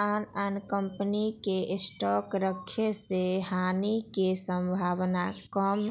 आन आन कम्पनी के स्टॉक रखे से हानि के सम्भावना कम